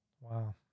Wow